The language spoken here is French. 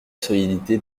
solidité